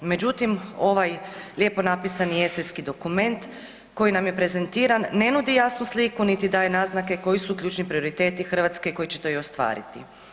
Međutim, ovaj lijepo napisani esejski dokument koji nam je prezentiran ne nudi jasnu sliku niti daje naznake koji su ključni prioriteti Hrvatske koji će to i ostvariti.